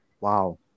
wow